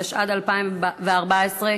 התשע"ד 2014,